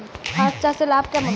হাঁস চাষে লাভ কেমন?